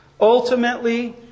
Ultimately